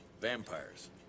Vampires